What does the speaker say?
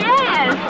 Yes